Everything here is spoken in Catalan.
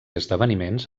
esdeveniments